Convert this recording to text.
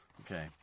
Okay